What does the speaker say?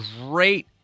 great